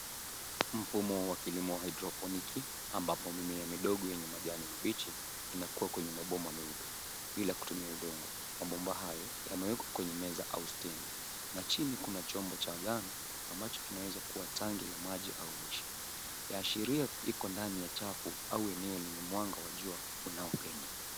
Mfumo wa kilimo wa haidroponiki ambapo mimea midogo enye majani mabichi inakuwa kwenye mabomba meupe bila kutumia udongo. Mabomba hayo yamewekwa kwenye meza au stendi na chini kuna chombo cha njano ambacho kinaweza kuwa tanki la maji au lishe. Yaashiria iko ndani ya chafu au eneo lenye mwanga wa jua unaopenya.